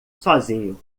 sozinho